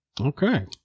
okay